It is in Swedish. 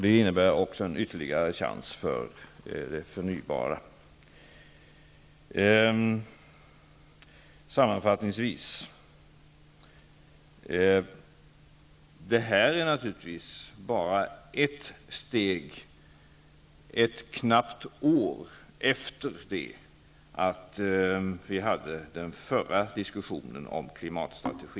Det innebär också en ytterligare chans för förnybara bränslen. Sammanfattningsvis är detta naturligtvis bara ett steg ett knappt år efter det att vi hade den förra diskussionen om klimatstrategi.